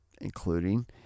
including